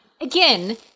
Again